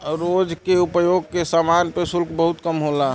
रोज के उपयोग के समान पे शुल्क बहुत कम होला